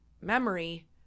memory